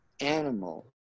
animal